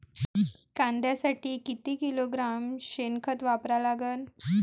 कांद्यासाठी किती किलोग्रॅम शेनखत वापरा लागन?